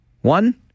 One